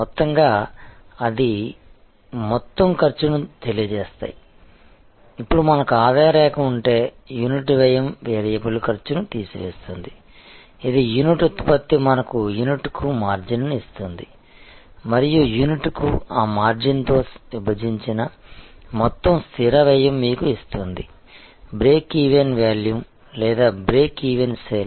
మొత్తంగా అది మొత్తం ఖర్చును తెలియ చేస్తాయి ఇప్పుడు మనకు ఆదాయ రేఖ ఉంటే యూనిట్ వ్యయం వేరియబుల్ ఖర్చును తీసివేస్తోంది ఇది యూనిట్ ఉత్పత్తి మనకు యూనిట్కు మార్జిన్ను ఇస్తుంది మరియు యూనిట్కు ఆ మార్జిన్తో విభజించిన మొత్తం స్థిర వ్యయం మీకు ఇస్తుంది బ్రేక్ ఈవెన్ వాల్యూమ్ లేదా బ్రేక్ ఈవెన్ సేల్స్